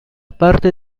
parte